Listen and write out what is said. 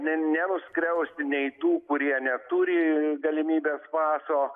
ne nenuskriausti nei tų kurie neturi galimybės paso